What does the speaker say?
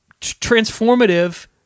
transformative